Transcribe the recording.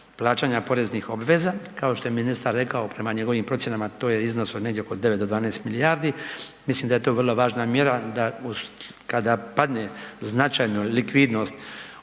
plaćanje poreznih obveza, kao što je ministar rekao, prema njegovim procjenama, to je iznos od negdje oko 9 do 12 milijardi, mislim da je to vrlo važna mjera, da kada padne značajno likvidnost